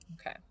Okay